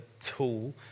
tool